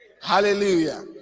Hallelujah